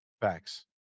Facts